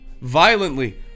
violently